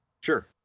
Sure